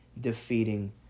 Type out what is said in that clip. defeating